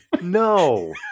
No